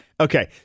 Okay